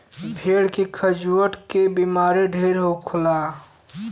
भेड़ के खजुहट के बेमारी ढेर होला